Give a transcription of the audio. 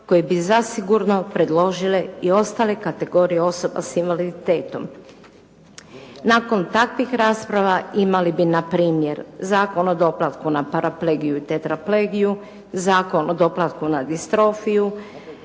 koje bi zasigurno predložile i ostale kategorije osoba s invaliditetom. Nakon takvih rasprava imali bi na primjer, zakon o doplatku na paraplegiju i tetraplegiju, zakon o doplatku na distrofiju